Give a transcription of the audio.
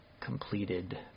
completed